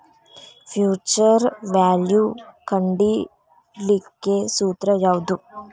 Future value ಕಂಢಿಡಿಲಿಕ್ಕೆ ಸೂತ್ರ ಯಾವ್ದು?